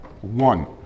One